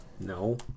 No